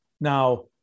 Now